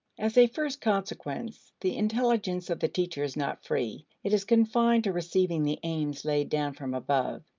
as a first consequence, the intelligence of the teacher is not free it is confined to receiving the aims laid down from above.